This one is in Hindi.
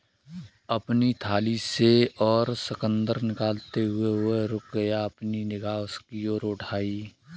अपनी थाली से और शकरकंद निकालते हुए, वह रुक गया, अपनी निगाह उसकी ओर उठाई